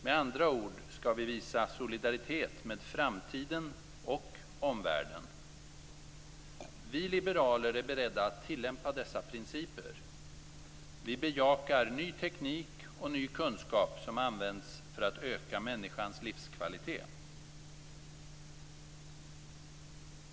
Med andra ord skall vi visa solidaritet med framtiden och omvärlden. Vi liberaler är beredda att tillämpa dessa principer. Vi bejakar ny teknik och ny kunskap som används för att öka människans livskvalitet.